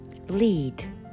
lead